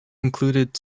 included